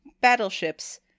battleships